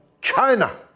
China